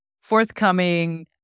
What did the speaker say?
forthcoming